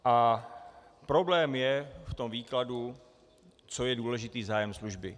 A problém je v tom výkladu, co je důležitý zájem služby.